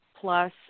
plus